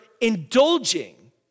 indulging